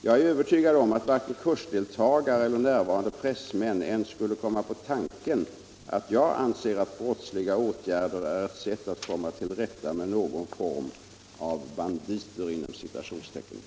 Jag är övertygad om att varken kursdeltagare eller närvarande pressmän ens skulle komma på tanken att jag anser att brottsliga åtgärder är ett sätt att komma till rätta med någon form av ”banditer”.